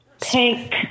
Pink